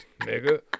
nigga